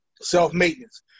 self-maintenance